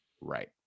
Right